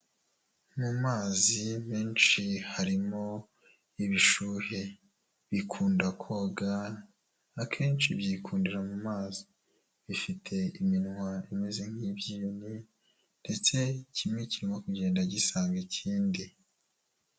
Mu mazi menshi harimo ibishuhe, bikunda koga, akenshi byikundira mu mazi, bifite iminwa imeze nk'ibyinyo ndetse kimwe kirimo kugenda gisanga ikindi.